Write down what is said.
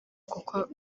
kuko